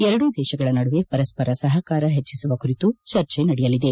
ಎರಡೂ ದೇಶಗಳ ನಡುವೆ ಪರಸ್ಪರ ಸಹಕಾರ ಹೆಚ್ಚಿಸುವ ಕುರಿತು ಚರ್ಚೆ ನಡೆಯಲಿದೆ